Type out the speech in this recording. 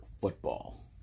football